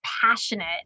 passionate